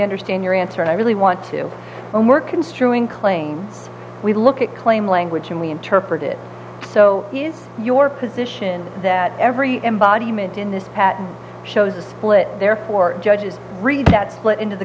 understand your answer and i really want to work construing claiming we look at claim language and we interpret it so is your position that every embodiment in this pattern shows a split therefore judges read that split into the